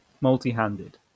multi-handed